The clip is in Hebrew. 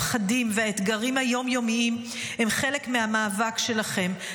הפחדים והאתגרים היום-יומיים הם חלק מהמאבק שלכם,